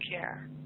care